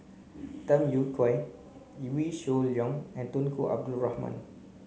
Tham Yui Kai Wee Shoo Leong and Tunku Abdul Rahman